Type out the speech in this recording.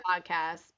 podcast